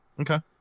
Okay